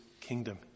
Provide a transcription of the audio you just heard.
kingdom